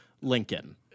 Lincoln